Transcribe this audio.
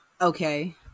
okay